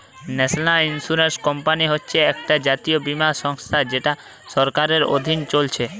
national insurance company হচ্ছে একটা জাতীয় বীমা সংস্থা যেটা সরকারের অধীনে চলছে